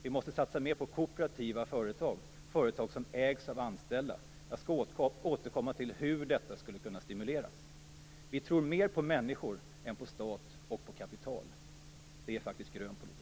Vi måste satsa mer på kooperativa företag, företag som ägs av anställda. Jag skall återkomma till hur detta skulle kunna stimuleras. Vi i Miljöpartiet tror mer på människor än på stat eller kapital. Det är faktisk grön politik.